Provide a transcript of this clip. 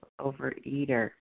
overeater